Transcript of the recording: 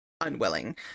unwilling